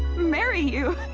marry you?